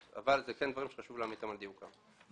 אבל אלה דברים שחשוב להעמיד אותם על דיוקם.